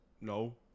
No